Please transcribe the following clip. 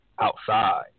outside